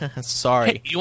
Sorry